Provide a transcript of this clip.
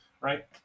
right